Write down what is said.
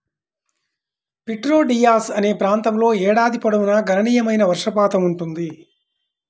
Prieto Diaz అనే ప్రాంతంలో ఏడాది పొడవునా గణనీయమైన వర్షపాతం ఉంటుంది